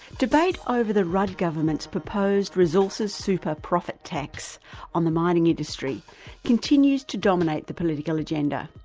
debate over the rudd government's proposed resources super profit tax on the mining industry continues to dominate the political agenda.